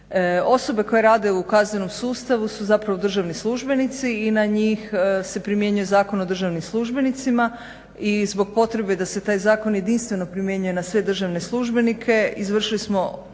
Osobe koje rade u kaznenom sustavu su zapravo državni službenici i na njih se primjenjuje Zakon o državnim službenicima i zbog potrebe da se taj zakon jedinstveno primjenjuje na sve državne službenike izvršili smo